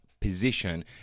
position